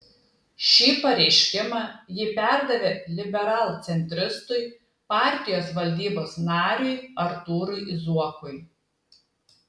šį pareiškimą ji perdavė liberalcentristui partijos valdybos nariui artūrui zuokui